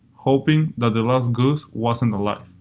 hoping that the last goose wasn't alive.